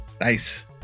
Nice